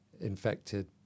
infected